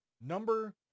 Number